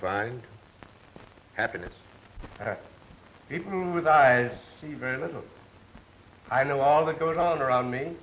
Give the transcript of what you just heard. find happiness even with eyes see very little i know all that goes on around me